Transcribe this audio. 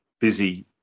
busy